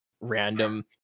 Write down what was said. random